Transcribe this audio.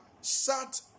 sat